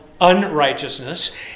unrighteousness